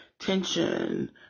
tension